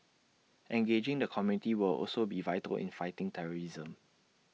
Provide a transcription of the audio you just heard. engaging the community will also be vital in fighting terrorism